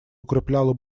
укрепляла